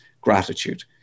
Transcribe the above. gratitude